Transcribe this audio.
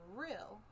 real